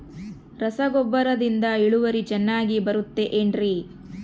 ರಸಗೊಬ್ಬರದಿಂದ ಇಳುವರಿ ಚೆನ್ನಾಗಿ ಬರುತ್ತೆ ಏನ್ರಿ?